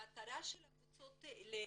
המטרה של הקבוצות האלה